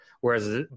Whereas